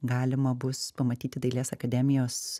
galima bus pamatyti dailės akademijos